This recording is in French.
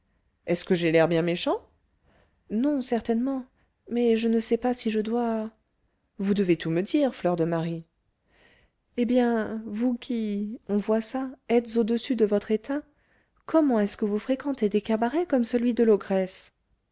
est-ce que j'ai l'air bien méchant non certainement mais je ne sais pas si je dois vous devez tout me dire fleur de marie eh bien enfin vous qui on voit ça êtes au-dessus de votre état comment est-ce que vous fréquentez des cabarets comme celui de